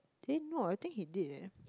eh no I think he did eh